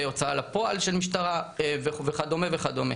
הוצאה לפועל של משטרה וכדומה וכדומה.